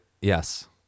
yes